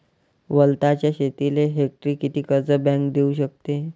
वलताच्या शेतीले हेक्टरी किती कर्ज बँक देऊ शकते?